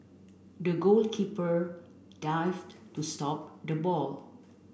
the goalkeeper dived to stop the ball